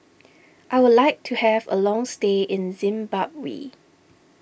I would like to have a long stay in Zimbabwe